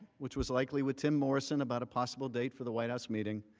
which was likely with tim morrison about a possible date for the white house meeting,